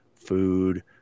food